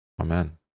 Amen